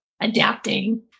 adapting